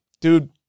dude